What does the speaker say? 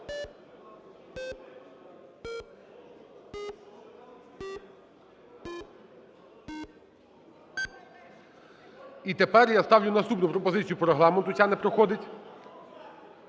І тепер я ставлю наступну пропозицію по Регламенту, ця не проходить.